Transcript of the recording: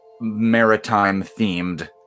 maritime-themed